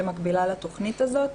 שמקבילה לתכנית הזאת,